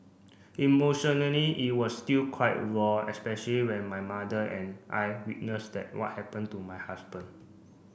emotionally it was still quite raw especially when my mother and I witnessed that what happened to my husband